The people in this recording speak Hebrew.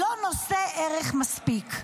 לא נושא ערך מספיק,